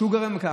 נא לסיים.